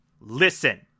listen